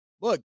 Look